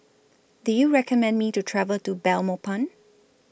Do YOU recommend Me to travel to Belmopan